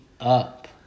up